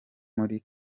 muri